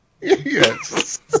Yes